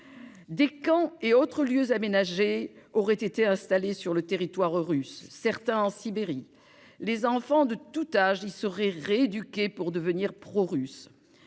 Des « camps » et autres « lieux aménagés » auraient été installés sur le territoire russe, certains en Sibérie. Les enfants de tout âge y seraient rééduqués pour devenir prorusses.